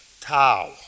tau